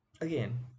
again